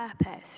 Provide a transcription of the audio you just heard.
purpose